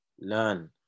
learn